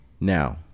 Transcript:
now